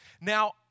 Now